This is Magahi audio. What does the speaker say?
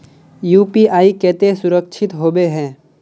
यु.पी.आई केते सुरक्षित होबे है?